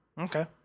Okay